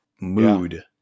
mood